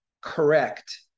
correct